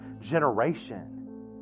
generation